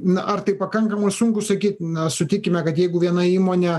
na ar tai pakankamai sunku sakyt na sutikime kad jeigu viena įmonė